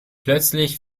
plötzlich